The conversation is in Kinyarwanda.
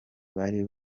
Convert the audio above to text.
bari